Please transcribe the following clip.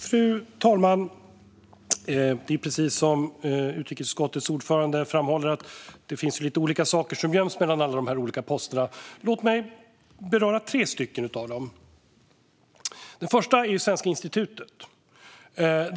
Fru talman! Precis som utrikesutskottets ordförande framhåller finns det lite olika saker som göms mellan alla de här olika posterna. Låt mig beröra tre av dem! Den första är Svenska institutet.